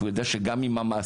והוא יודע שגם אם המעסיק,